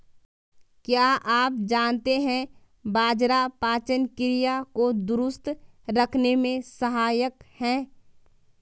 क्या आप जानते है बाजरा पाचन क्रिया को दुरुस्त रखने में सहायक हैं?